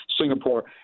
Singapore